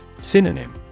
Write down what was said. synonym